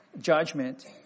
judgment